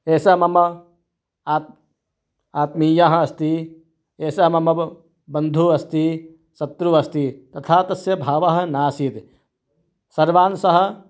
एषः मम आत् आत्मीयः अस्ति एषः मम ब बन्धुः अस्ति शत्रुः अस्ति तथा तस्य भावः नासीत् सर्वान् सः